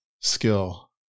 skill